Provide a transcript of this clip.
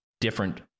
different